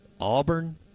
Auburn